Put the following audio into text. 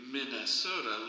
Minnesota